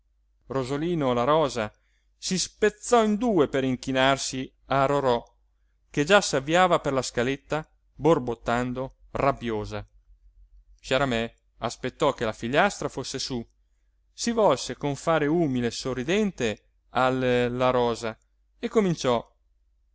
rosolino la rosa si spezzò in due per inchinarsi a rorò che già s'avviava per la scaletta borbottando rabbiosa sciaramè aspettò che la figliastra fosse su si volse con un fare umile e sorridente al la rosa e cominciò